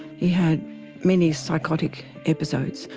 he had many psychotic episodes.